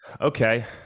Okay